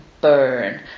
Burn